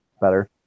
better